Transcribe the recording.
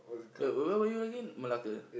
wait where were you again Malacca